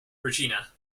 regina